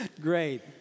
Great